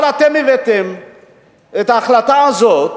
אבל אתם הבאתם את ההחלטה הזאת